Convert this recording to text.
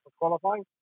qualifying